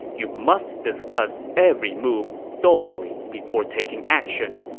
you must discuss every move thoroughly before taking action.